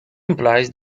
implies